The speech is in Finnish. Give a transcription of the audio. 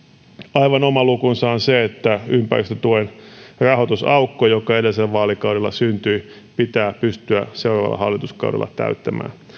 aivan oma lukunsa on se että ympäristötuen rahoitusaukko joka edellisellä vaalikaudella syntyi pitää pystyä seuraavalla hallituskaudella täyttämään